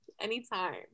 Anytime